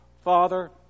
Father